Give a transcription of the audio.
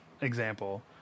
example